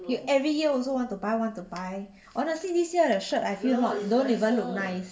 you every year also want to buy want to buy honestly the shirt I feel not don't even look nice